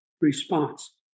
response